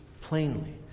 plainly